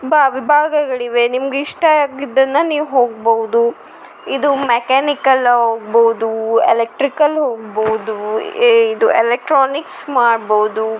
ಬಾ ವಿಭಾಗಗಳಿವೆ ನಿಮ್ಗೆ ಇಷ್ಟ ಆಗಿದ್ದನ್ನು ನೀವು ಹೋಗ್ಬೌದು ಇದು ಮೆಕ್ಯಾನಿಕಲ್ ಹೋಗ್ಬೌದು ಎಲೆಕ್ಟ್ರಿಕಲ್ ಹೋಗ್ಬೌದು ಏ ಇದು ಎಲೆಕ್ಟ್ರಾನಿಕ್ಸ್ ಮಾಡ್ಬೌದು